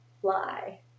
fly